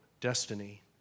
destiny